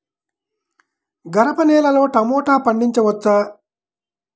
గరపనేలలో టమాటా పండించవచ్చా?